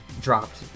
dropped